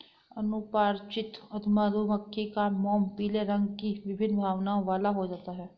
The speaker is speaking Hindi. अनुपचारित मधुमक्खी का मोम पीले रंग की विभिन्न आभाओं वाला हो जाता है